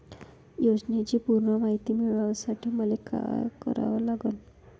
योजनेची पूर्ण मायती मिळवासाठी मले का करावं लागन?